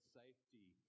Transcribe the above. safety